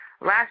last